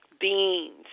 beans